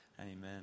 Amen